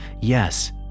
yes